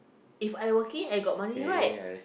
If I working I got money right